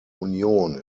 union